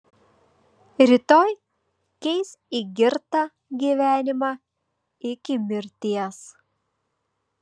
rytoj keis į girtą gyvenimą iki mirties